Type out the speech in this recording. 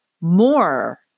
more